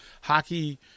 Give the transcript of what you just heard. Hockey